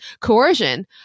coercion